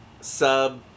Sub